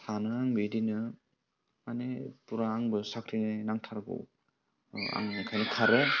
सानो आं बिदिनो माने फुरा आंबो साख्रि नांथारगौ आंबो ओंखायनो खारो